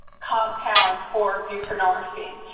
compound for buprenorphine.